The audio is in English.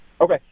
okay